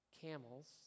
camels